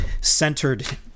centered